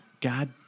God